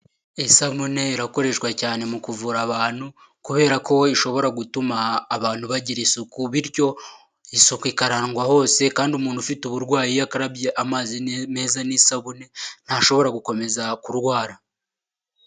Ese mone irakoreshwa cyane mu kuvura abantu kubera ko we ishobora gutuma abantu bagira isuku bityo isuko ikarangwa hose kandi umuntu ufite uburwayi iyo akabye amazi meza n'isabune ntashobora gukomeza kurwara.